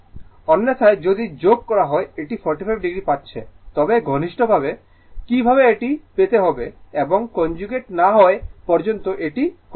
অন্যথায় যদি যোগ করা হয় এটি 45o পাচ্ছে তবে গাণিতিকভাবে কীভাবে এটি পেতে হবে এবং কনজুগেট না নেওয়া পর্যন্ত এটি করতে হবে